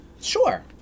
sure